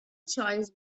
choice